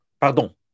Pardon